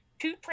two